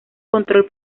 control